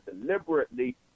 deliberately